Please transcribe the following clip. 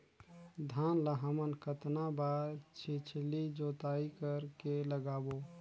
धान ला हमन कतना बार छिछली जोताई कर के लगाबो?